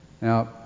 Now